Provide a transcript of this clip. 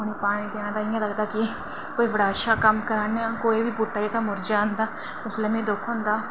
पानी देन्ने आं ते इंया लगदा की कोई अच्छा कम्म करानेआं ते इंया कोई बी बूह्टा जेह्ड़ा मुरझाई जंदा उसलै मिगी दुक्ख होंदा